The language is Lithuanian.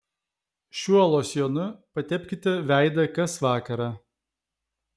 šiuo losjonu patepkite veidą kas vakarą